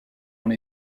dans